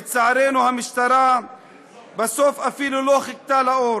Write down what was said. לצערנו, המשטרה בסוף אפילו לא חיכתה לאור.